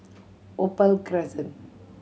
Opal Crescent